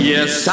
Yes